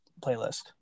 playlist